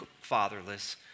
fatherless